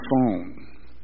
phone